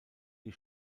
die